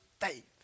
faith